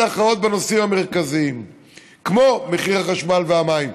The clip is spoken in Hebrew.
הכרעות בנושאים המרכזיים כמו מחיר החשמל והמים.